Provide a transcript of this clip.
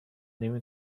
نمی